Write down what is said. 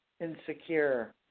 insecure